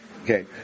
Okay